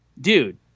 dude